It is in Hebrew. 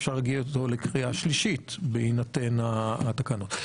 אפשר להגיע לקריאה שלישית בהינתן התקנות.